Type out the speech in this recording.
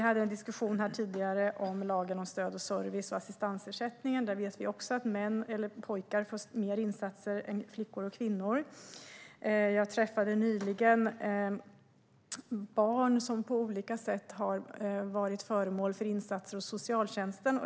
Vi hade en diskussion här i kammaren tidigare om lagen om stöd och service och assistansersättningen. När det gäller det vet vi också att pojkar och män får mer insatser än flickor och kvinnor. Jag träffade nyligen barn som på olika sätt har varit föremål för insatser hos socialtjänsten.